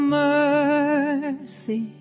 mercy